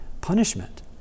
punishment